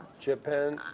Japan